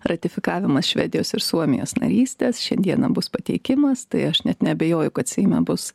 ratifikavimas švedijos ir suomijos narystės šiandieną bus pateikimas tai aš net neabejoju kad seime bus